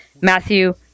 Matthew